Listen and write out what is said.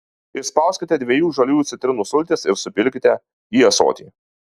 išspauskite dviejų žaliųjų citrinų sultis ir supilkite į ąsotį